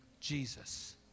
Jesus